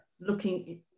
looking